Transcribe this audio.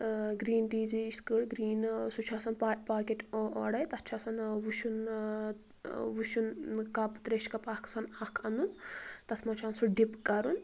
ٲں green teas ییٚلہِ اسہِ کٔڑ گرٛیٖن ٲں سُہ چھُ آسان پاکیٚٹ اوٚڈٕے تتھ چھُ آسان ٲں وُشُن ٲں ٲں وُشُن کپ ترٛیشہِ کپ اکھ آسان اکھ اَنُن تتھ منٛز چھُ آسان سُہ ڈِپ کَرُن